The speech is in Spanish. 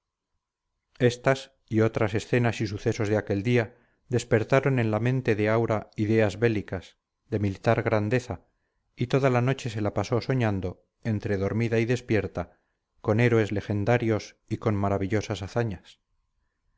estas y otras escenas y sucesos de aquel día despertaron en la mente de aura ideas bélicas de militar grandeza y toda la noche se la pasó soñando entre dormida y despierta con héroes legendarios y con maravillosas hazañas